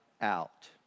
out